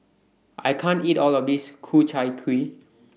I can't eat All of This Ku Chai Kuih